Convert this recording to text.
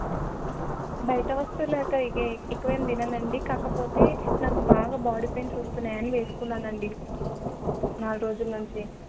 బయట వస్తువులైతే ఎక్కువ ఏం తిననండి కాకపోతే నాకు బాగా బాడీ పెయిన్స్ వస్తున్నాయని వేసుకున్నానండి నాలుగు రోజుల నుంచి